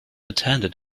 attended